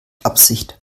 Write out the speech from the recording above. absicht